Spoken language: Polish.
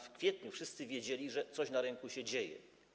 W kwietniu wszyscy wiedzieli, że coś na rynku się dzieje.